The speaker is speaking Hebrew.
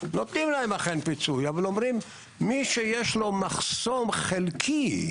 נותנים להם אכן פיצוי אבל אומרים שמי שיש לו מחסום חלקי,